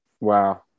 Wow